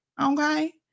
okay